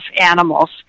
animals